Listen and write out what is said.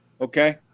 Okay